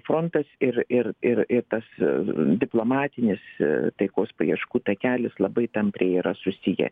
frontas ir ir ir ir tas diplomatinės taikos paieškų takelis labai tampriai yra susiję